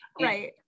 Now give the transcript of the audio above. Right